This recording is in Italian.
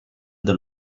del